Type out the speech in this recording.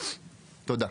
תודה.